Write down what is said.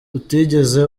utigeze